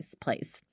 please